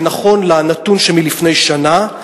זה נכון לנתון שמלפני שנה,